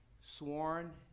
sworn